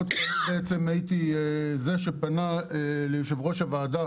אני הייתי זה שפנה ליו"ר הוועדה,